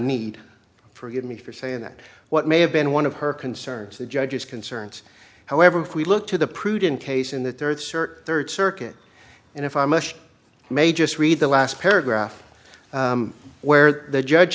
need for give me for saying that what may have been one of her concerns the judge's concerns however if we look to the prudent case in the third cert third circuit and if i may just read the last paragraph where the judge